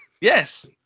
Yes